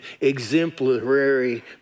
exemplary